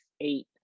eight